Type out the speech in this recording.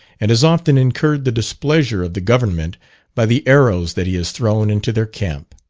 and has often incurred the displeasure of the government by the arrows that he has thrown into their camp.